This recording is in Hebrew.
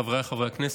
חבריי חברי הכנסת,